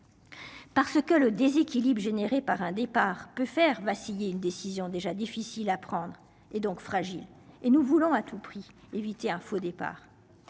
Parce que le déséquilibre généré par un départ peut faire vaciller une décision déjà difficile à prendre et donc fragile et nous voulons à tout prix éviter un faux départ.